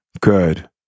Good